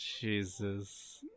Jesus